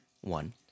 one